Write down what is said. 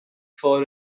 for